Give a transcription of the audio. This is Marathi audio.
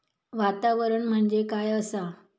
वातावरण म्हणजे काय असा?